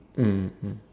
mmhmm